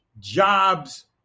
jobs